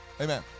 Amen